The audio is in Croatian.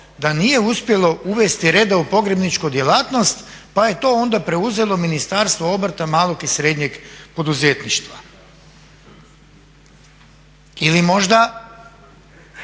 da nije uspjelo uvesti reda u pogrebničku djelatnost pa je to onda preuzelo Ministarstvo obrta, malog i srednjeg poduzetništva? Ili možda